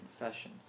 confession